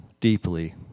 deeply